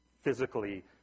physically